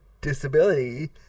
disability